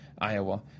Iowa